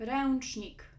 Ręcznik